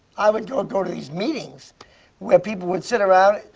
i would go go to these meetings where people would sit around,